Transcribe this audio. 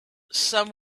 some